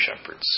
shepherds